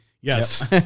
Yes